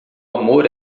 amor